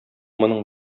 моның